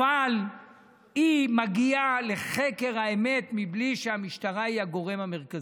אבל היא מגיעה לחקר האמת מבלי שהמשטרה היא הגורם המרכזי.